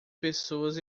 pessoas